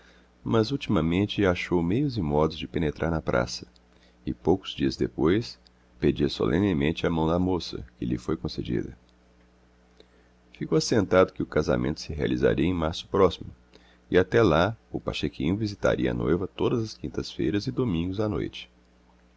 mas ultimamente achou meios e modos de penetrar na praça e poucos dias depois pedia solenemente a mão da moça que lhe foi concedida ficou assentado que o casamento se realizaria em março próximo e até lá o pachequinho visitaria a noiva todas as quintas-feiras e domingos à noite